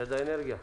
משרד האנרגיה.